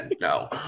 No